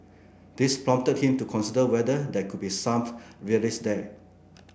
this prompted him to consider whether there could be some relics there